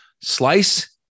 slice